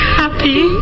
happy